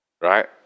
right